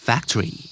Factory